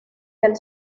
del